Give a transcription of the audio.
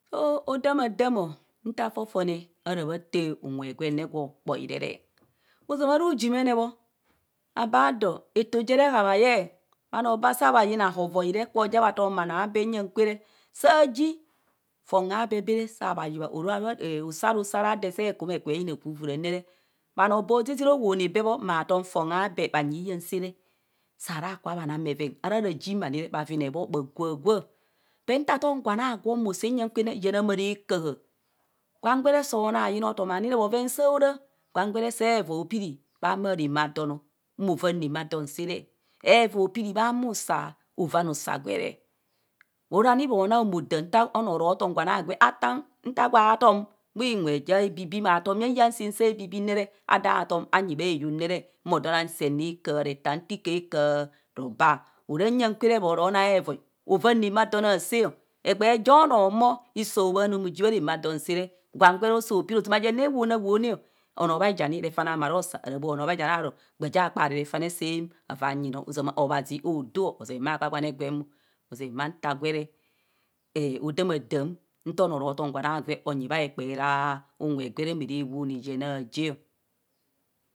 Odaamadam o nta fofone ara bha taa unwe gwene gwo kpai rere. ozama ra ujumenebho, abaa doo eto j jere habhaye. bhanoo bhasa bhayina avoi re bho ja bhatom bha noo abee nya kwe re saji fon, a bee bee re saa bhayuani ora usa ara usa ara de se kum eyina ovuvure ne re bhano bho zizira owoone bee bho, maa tom fon abee bhanyi iyensire saa kubha naa bheven arara ji ma ni re bhavine bho, bha gwạgwạạ ithen nta tom gwan agwo nya kwaane yon maa re kaha gwan gwere soo naaayina otom onire bhoven saaa bho ra, gwan gwe re esee ovoi opirii bha ma rumaadom o ovaan ramadon saraa, evoi opirii bhamusa ovaan usa gwere, orani moana odam to noo ro tom gwan agwe afler nta gwa tom bhinwe ja bibii atom bhayeng sim saa bibim adaa tom anyi bheyong nere mo do nang seen rakaha ntaa intikaa re kaha rebaa, ora nya kware moro na evoi avaan ramaadan asee, egbee jo noo humo hiso obhaama moji bha, ramaa don. saa re gwen gwere oso pirii, ozama yen rewon awone o anvo bhaijani refane amarosaa ara bhoa onoo bhaijani aro gba jie kpaare refanie ewaa nyi no, ozama obhazi oodoo ọ ozee bha gwagwane gwan mo. ozee bhanta gwere ouamadam nta noo ora tam gwema gwe onyi bha kperee unwe gwere maa rewoone yen aje